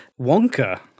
Wonka